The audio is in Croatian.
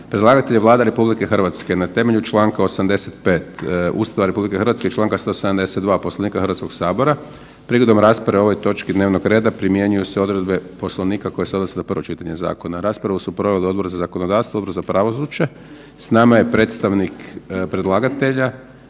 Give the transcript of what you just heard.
Predlagatelj je Vlada RH na temelju Članka 85. Ustava RH i Članka 172. Poslovnika Hrvatskog sabora. Prigodom rasprave o ovoj točki dnevnog reda primjenjuju se odredbe Poslovnika koje se odnose na prvo čitanje zakona. Raspravu su proveli Odbor za zakonodavstvo, Odbor za pravosuđe. S nama je predstavnik predlagatelja,